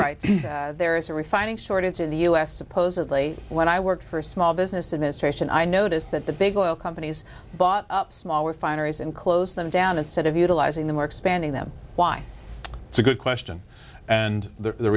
writes there is a refining shortage in the us supposedly when i work for a small business administration i notice that the big oil companies bought up small refineries and close them down a set of utilizing the mark spending them why it's a good question and the